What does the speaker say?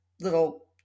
little